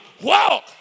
walk